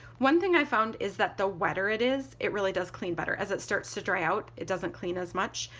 one thing i found is that the wetter it is, it really does clean better. as it starts to dry out it doesn't clean as much.